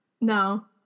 no